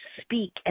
speak